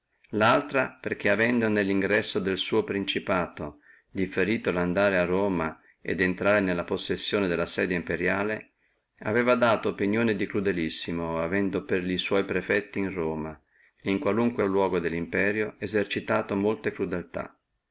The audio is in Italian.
laltra perché avendo nello ingresso del suo principato differito lo andare a roma et intrare nella possessione della sedia imperiale aveva dato di sé opinione di crudelissimo avendo per li sua prefetti in roma e in qualunque luogo dello imperio esercitato molte crudeltà